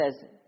says